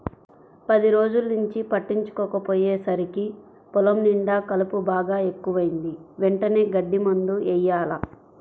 పది రోజుల్నుంచి పట్టించుకోకపొయ్యేసరికి పొలం నిండా కలుపు బాగా ఎక్కువైంది, వెంటనే గడ్డి మందు యెయ్యాల